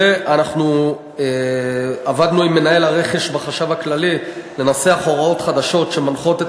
ואנחנו עבדנו עם מינהל הרכש בחשב הכללי לנסח הוראות חדשות שמנחות את